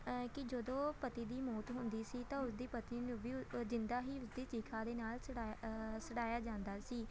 ਕਿ ਜਦੋਂ ਪਤੀ ਦੀ ਮੌਤ ਹੁੰਦੀ ਸੀ ਤਾਂ ਉਸਦੀ ਪਤਨੀ ਨੂੰ ਵੀ ਜਿੰਦਾ ਹੀ ਉਸਦੀ ਚਿਖਾ ਦੇ ਨਾਲ ਛਡਾਇਆ ਸੜਾਇਆ ਜਾਂਦਾ ਸੀ